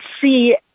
see